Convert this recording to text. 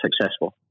successful